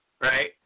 Right